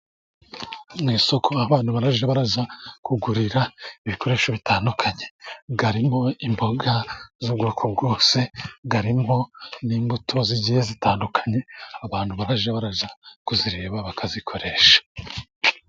Ni isoko, abantu barajya barajya kugurira ibikoresho bitandukanye, harimo imboga z'ubwoko bwose, harimo n'imbuto zigiye zitandukanye, abantu barajya barajya kuzireba bakazikoresha.